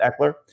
Eckler